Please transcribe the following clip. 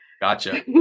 Gotcha